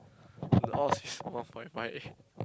the odds is all my my